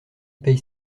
paie